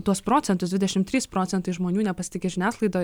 tuos procentus dvidešim trys procentai žmonių nepasitiki žiniasklaida